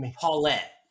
Paulette